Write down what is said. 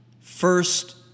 first